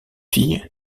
fille